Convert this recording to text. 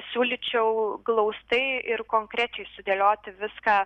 siūlyčiau glaustai ir konkrečiai sudėlioti viską